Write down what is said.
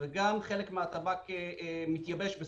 חלק מהטבק מתייבש.